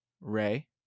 Ray